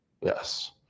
Yes